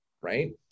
right